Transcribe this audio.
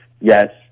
yes